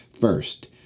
First